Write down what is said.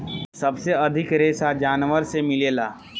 सबसे अधिक रेशा जानवर से मिलेला